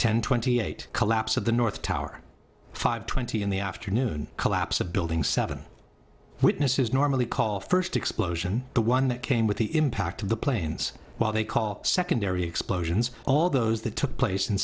ten twenty eight collapse of the north tower five twenty in the afternoon collapse a building seven witnesses normally call first explosion the one that came with the impact of the planes well they call secondary explosions all those that took place in